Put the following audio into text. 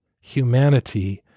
humanity